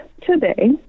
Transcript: today